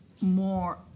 more